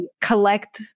collect